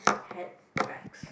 handbags